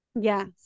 Yes